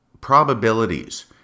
probabilities